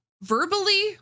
verbally